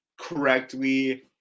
correctly